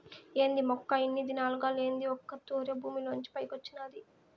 ఏంది మొక్క ఇన్ని దినాలుగా లేంది ఒక్క తూరె భూమిలోంచి పైకొచ్చినాది